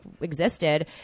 existed